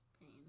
Pain